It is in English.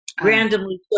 randomly